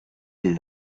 des